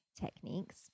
techniques